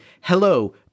hello